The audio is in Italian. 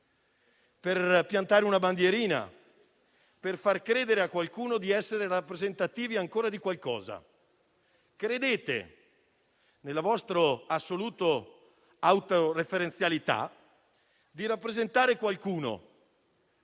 per piantare una bandierina, per far credere a qualcuno di essere rappresentativi ancora di qualcosa. Credete, nella vostra assoluta autoreferenzialità, di rappresentare qualcuno.